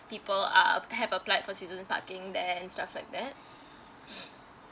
people are have applied for season parking there and stuff like that